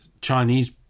chinese